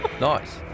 Nice